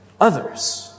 others